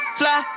fly